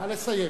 נא לסיים.